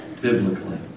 biblically